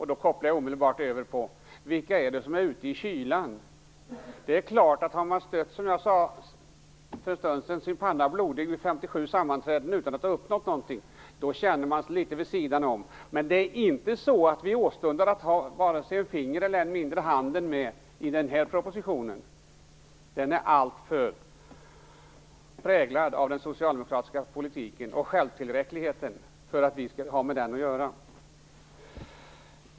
Jag kopplar då omedelbart över till frågan om vilka som är ute i kylan. Om man har stött sin panna blodig, som jag sade, vid 57 sammanträden utan att ha uppnått någonting är det klart att man känner sig vara litet vid sidan om. Men vi åstundar inte att ha vare sig ett finger eller en hand med i den här propositionen. Den är alltför präglad av den socialdemokratiska politiken och självtillräckligheten för att vi skulle vilja ha med den att göra.